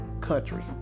country